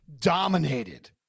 dominated